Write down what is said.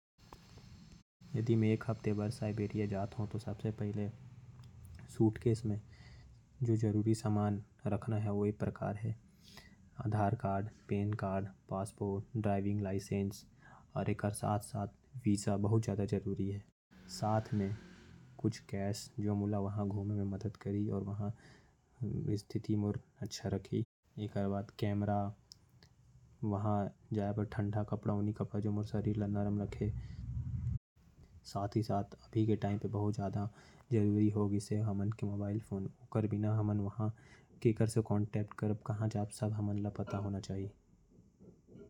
यदि में एक हफ्ता बर साइबेरिया जात हो तो। पहले सूट केश में बहुत सारा समान रखना जरूरी है। ठंडा कपड़ा भी जरूरी है। सूटकेश में passport visa licence Aadhaar card. पैसा कैश के रूप में रखना बहुत जरूरी है। कैमरा मोबाइल फोन भी रखना बहुत जारी है। प्लेन के टिकट और जहां रुकना है। वहां के पूरा जानकारी होना जरूरी है। और बढ़िया घूमे के जगह के जानकारी होना भी बहुत जरूरी है।